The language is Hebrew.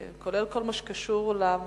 כולל כל מה שקשור למחירי